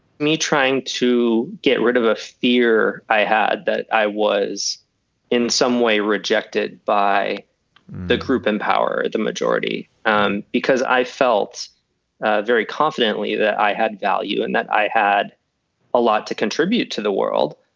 me trying to get rid of a fear i had that i was in some way rejected by the group empower the majority um because i felt very confidently that i had value and that i had a lot to contribute to the world.